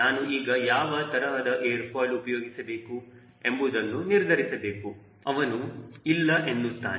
ನಾನು ಈಗ ಯಾವ ತರಹದ ಏರ್ ಫಾಯಿಲ್ ಉಪಯೋಗಿಸಬೇಕು ಎಂಬುದನ್ನು ನಿರ್ಧರಿಸಬೇಕು ಅವನು ಇಲ್ಲ ಎನ್ನುತ್ತಾನೆ